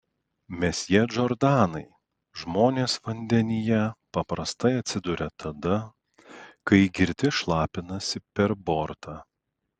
mesjė džordanai žmonės vandenyje paprastai atsiduria tada kai girti šlapinasi per bortą